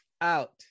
out